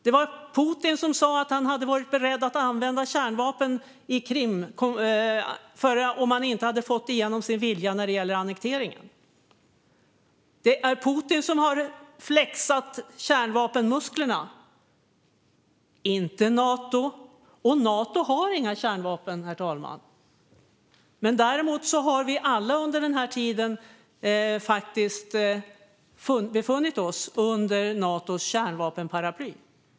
Det var Putin som sa att han hade varit beredd att använda kärnvapen på Krim om han inte hade fått igenom sin vilja med annekteringen. Det är Putin som har flexat kärnvapenmusklerna, inte Nato. Nato har inga kärnvapen, herr talman. Däremot har vi alla under den här tiden faktiskt befunnit oss under Natos kärnvapenparaply.